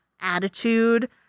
attitude